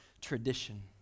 tradition